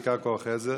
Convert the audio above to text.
בעיקר כוח עזר,